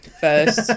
first